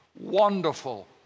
wonderful